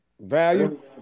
value